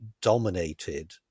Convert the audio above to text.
dominated